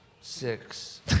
six